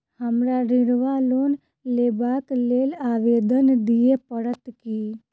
हमरा ऋण वा लोन लेबाक लेल आवेदन दिय पड़त की?